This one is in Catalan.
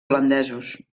holandesos